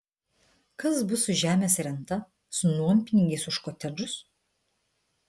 kas bus su žemės renta su nuompinigiais už kotedžus